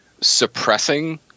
suppressing